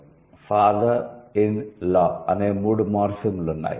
'father in law' అనే మూడు మార్ఫిమ్లు ఉన్నాయి